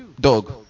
dog